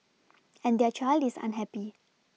and their child is unhappy